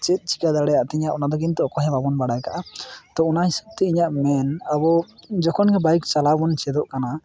ᱪᱮᱫ ᱪᱤᱠᱟᱹ ᱫᱟᱲᱮᱭᱟᱜ ᱛᱤᱧᱟᱹ ᱚᱱᱟᱫᱚ ᱠᱤᱱᱛᱩ ᱚᱠᱚᱭ ᱦᱚᱸ ᱵᱟᱵᱚᱱ ᱵᱟᱲᱟᱭ ᱠᱟᱜᱼᱟ ᱛᱚ ᱚᱱᱟ ᱦᱤᱥᱟᱹᱵ ᱛᱮ ᱤᱧᱟᱜ ᱢᱮᱱ ᱟᱵᱚ ᱡᱚᱠᱷᱚᱱ ᱜᱮ ᱵᱟᱭᱤᱠ ᱪᱟᱞᱟᱣ ᱵᱚᱱ ᱪᱮᱫᱚᱜ ᱠᱟᱱᱟ